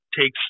takes